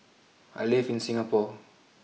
I live in Singapore